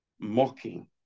mocking